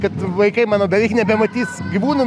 kad vaikai mano beveik nebematys gyvūnų